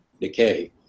decay